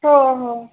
हो हो